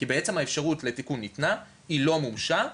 כי בעצם האפשרות לתיקון ניתנה, היא לא מומשה.